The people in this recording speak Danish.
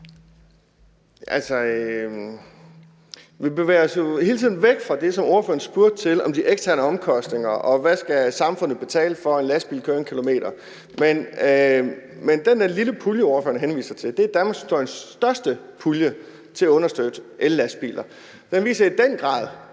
vi bevæger os jo hele tiden væk fra det, som spørgeren spurgte til om de eksterne omkostninger, og hvad samfundet skal betale for, at en lastbil kører 1 km. Men den der lille pulje, spørgeren henviser til, er danmarkshistoriens største pulje til at understøtte ellastbiler, og den viser i den grad,